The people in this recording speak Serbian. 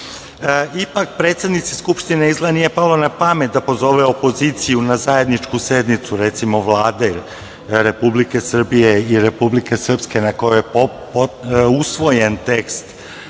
Ipak, predsednica Skupštine izgleda nije palo na pamet da pozove opoziciju na zajedničku sednicu Vlade Republike Srbije i Republike Srpske, na kojoj je usvojen tekst